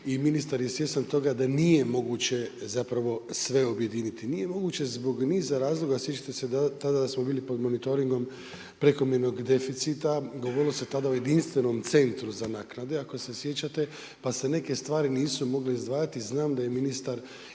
i ministar je svjestan toga da nije moguće zapravo sve objediniti. Nije moguće zbog niza razloga, sjećate se tada da smo bili pod monitoringom prekomjernog deficita. Govorilo se tada o jedinstvenom centru za naknade, ako se sjećate, pa se neke stvari nisu mogli izdvajati. Znam da je ministar